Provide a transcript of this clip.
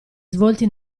svolti